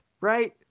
right